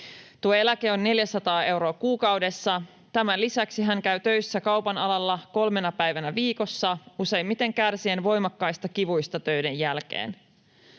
Tuo eläke on 400 euroa kuukaudessa. Tämän lisäksi hän käy töissä kaupanalalla kolmena päivänä viikossa useimmiten kärsien voimakkaista kivuista töiden jälkeen.